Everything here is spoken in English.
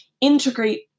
integrate